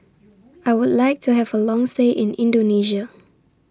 I Would like to Have A Long stay in Indonesia